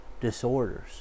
disorders